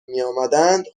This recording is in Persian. میامدند